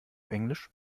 englisch